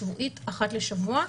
אחת לשבוע,